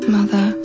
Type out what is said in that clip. Mother